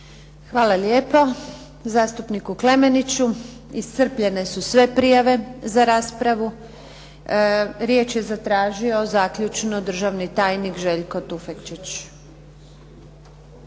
Hvala lijepo zastupniku Klemeniću. Iscrpljene su sve prijave za raspravu. Riječ je zatražio zaključno državni tajnik Željko Tufekčić.